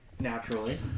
naturally